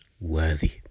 worthy